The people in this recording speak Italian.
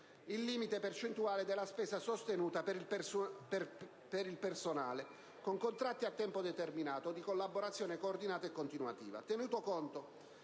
il limite percentuale della spesa sostenuta per il personale con contratti a tempo determinato o di collaborazione coordinata e continuativa,